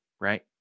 right